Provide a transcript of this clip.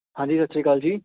ਹਾਂਜੀ ਸਤਿ ਸ਼੍ਰੀ ਅਕਾਲ ਜੀ